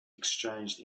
exchanged